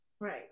right